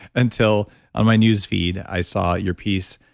until on my newsfeed i saw your piece,